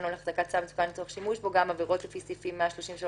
או להחזקת סם מסוכן לצורך שימוש בו ועבירות לפי סעיפים 133